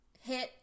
hit